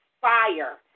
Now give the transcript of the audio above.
fire